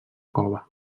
cova